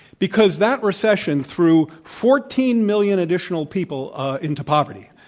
because that recession threw fourteen million additional people into poverty,